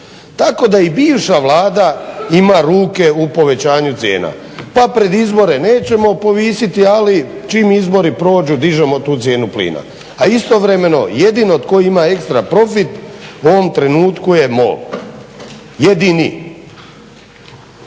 tako da i bivša Vlada ima ruke u povećanju cijena, pa pred izbore nećemo povisiti, ali čim izbori prođu dižemo tu cijenu plina. A istovremeno jedino tko ima ekstra profit u ovom trenutku je MOL, jedini.